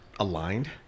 aligned